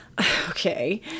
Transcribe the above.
Okay